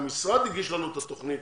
המשרד הגיש לנו את התוכנית